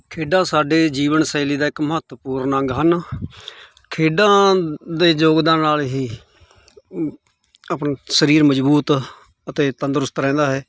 ਖੇਡਾਂ ਸਾਡੇ ਜੀਵਨ ਸ਼ੈਲੀ ਦਾ ਇੱਕ ਮਹੱਤਵਪੂਰਨ ਅੰਗ ਹਨ ਖੇਡਾਂ ਦੇ ਯੋਗਦਾਨ ਨਾਲ਼ ਹੀ ਆਪਣਾ ਸਰੀਰ ਮਜ਼ਬੂਤ ਅਤੇ ਤੰਦਰੁਸਤ ਰਹਿੰਦਾ ਹੈ